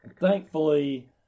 thankfully